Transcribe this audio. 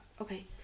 okay